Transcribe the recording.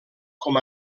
com